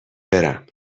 برم